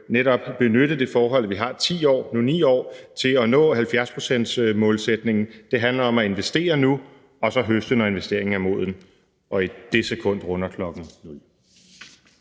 netop skal benytte det forhold, at vi har 10 år – nu er det 9 år – til at nå 70-procentsmålsætningen. Det handler om at investere nu og så høste, når investeringen er moden – og i dette sekund er min